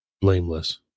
blameless